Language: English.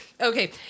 Okay